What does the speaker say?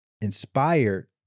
inspired